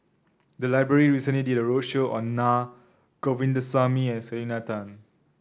the library recently did a roadshow on Naa Govindasamy and Selena Tan